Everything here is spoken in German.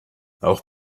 auch